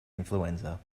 influenza